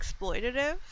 exploitative